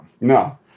No